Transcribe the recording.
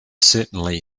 certainly